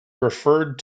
referred